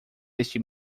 este